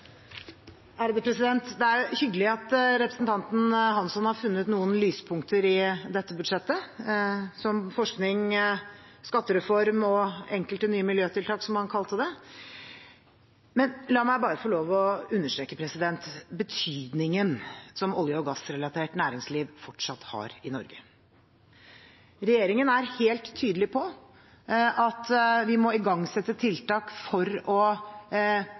Det er hyggelig at representanten Hansson har funnet noen lyspunkter i dette budsjettet, som forskning, skattereform og «enkelte nye miljøtiltak», som han kalte det. Men la meg bare få lov til å understreke betydningen som olje- og gassrelatert næringsliv fortsatt har i Norge. Regjeringen er helt tydelig på at vi må igangsette tiltak for å